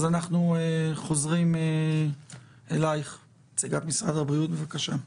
אנחנו חוזרים אליך, נציגת משרד הבריאות, בבקשה.